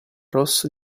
ross